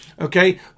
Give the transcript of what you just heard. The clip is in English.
Okay